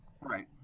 Right